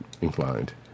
inclined